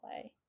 play